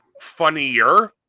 funnier